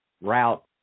route